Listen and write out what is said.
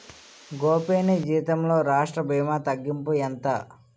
గోపీ నీ జీతంలో రాష్ట్ర భీమా తగ్గింపు ఎంత